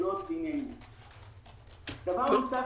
דבר נוסף